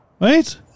right